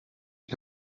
ich